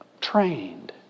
trained